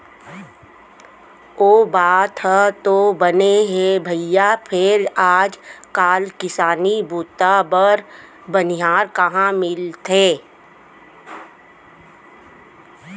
ओ बात ह तो बने हे भइया फेर आज काल किसानी बूता बर बनिहार कहॉं मिलथे?